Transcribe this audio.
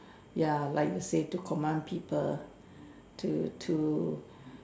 ya like you say to command people to to